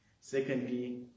secondly